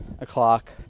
o'clock